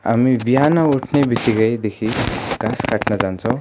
हामी बिहान उठ्ने वित्तिकै देखि घाँस काट्न जान्छौँ